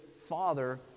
father